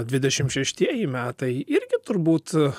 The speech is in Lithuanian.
dvidešimt šeštieji metai irgi turbūt